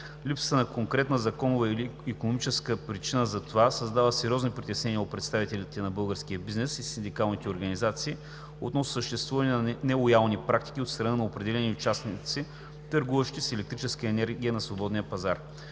Липсата на конкретна законова или икономическа причина за това създава сериозни притеснения у представителите на българския бизнес и синдикалните организации относно съществуване на нелоялни практики от страна на определени частници, търгуващи с електрическа енергия на свободния пазар.